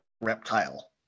reptile